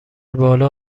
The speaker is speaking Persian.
بالن